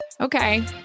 Okay